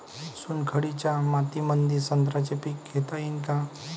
चुनखडीच्या मातीमंदी संत्र्याचे पीक घेता येईन का?